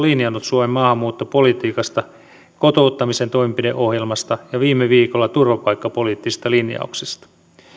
linjannut suomen maahanmuuttopolitiikasta kotouttamisen toimenpideohjelmasta ja viime viikolla turvapaikkapoliittisista linjauksista